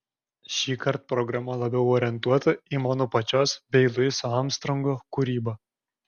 šįkart programa labiau orientuota į mano pačios bei luiso armstrongo kūrybą